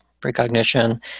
precognition